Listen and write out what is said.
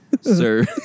Sir